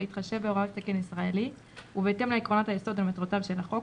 בהתחשב בהוראות תקן ישראלי ובהתאם לעקרונות היסוד ולמטרותיו של החוק,